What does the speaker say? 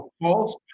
false